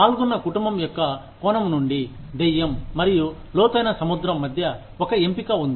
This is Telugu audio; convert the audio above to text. పాల్గొన్న కుటుంబం యొక్క కోణం నుండి దెయ్యం మరియు లోతైన సముద్రం మధ్య ఒక ఎంపిక ఉంది